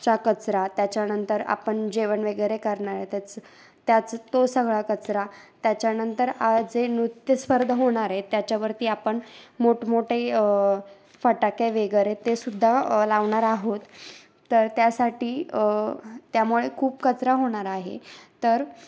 चा कचरा त्याच्यानंतर आपण जेवण वगैरे करणार आहे त्याच त्याच तो सगळा कचरा त्याच्यानंतर आ जे नृत्यस्पर्धा होणार आहे त्याच्यावरती आपण मोठमोठे फटाके वगैरे ते सुद्धा लावणार आहोत तर त्यासाठी त्यामुळे खूप कचरा होणार आहे तर